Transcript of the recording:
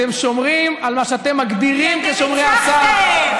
אתם שומרים על מה שאתם מגדירים כשומרי הסף,